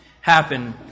happen